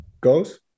goes